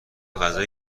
غذای